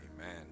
Amen